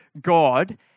God